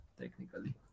technically